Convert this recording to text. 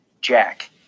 Jack